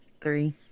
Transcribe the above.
three